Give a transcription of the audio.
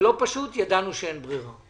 זה לא פשוט, ידענו שאין ברירה.